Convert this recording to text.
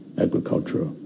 agriculture